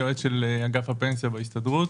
יועץ של אגף הפנסיה בהסתדרות.